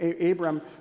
Abram